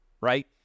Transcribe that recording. right